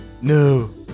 No